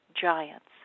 giants